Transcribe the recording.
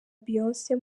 beyonce